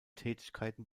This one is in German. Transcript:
tätigkeiten